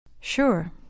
Sure